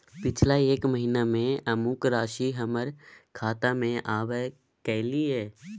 पिछला एक महीना म अमुक राशि हमर खाता में आबय कैलियै इ?